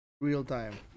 real-time